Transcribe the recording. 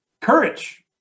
Courage